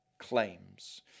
claims